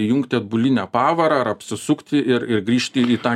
įjungti atbulinę pavarą ar apsisukti ir ir grįžti į tą